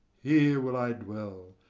here will i dwell,